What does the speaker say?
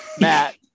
Matt